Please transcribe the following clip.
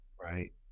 right